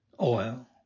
oil